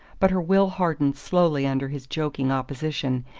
but her will hardened slowly under his joking opposition,